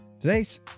today's